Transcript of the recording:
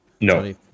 no